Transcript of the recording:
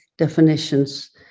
definitions